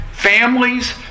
families